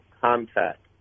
contact